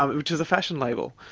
um which is a fashion label.